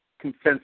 consensus